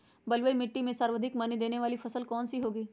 बलुई मिट्टी में सर्वाधिक मनी देने वाली फसल कौन सी होंगी?